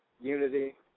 unity